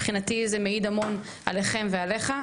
מבחינתי זה מעיד המון עליכם ועליך,